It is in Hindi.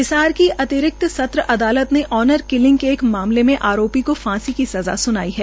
हिसार की अतिरिक्त सत्र अदालत ने ऑनर किलिंग के एक मामले में आरोपी को फांसी की सजा स्नाई है